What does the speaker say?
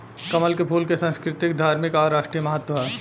कमल के फूल के संस्कृतिक, धार्मिक आ राष्ट्रीय महत्व ह